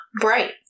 bright